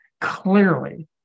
clearly